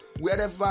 Wherever